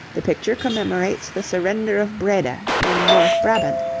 the picture commemorates the surrender of breda in north brabant,